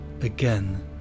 Again